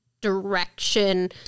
direction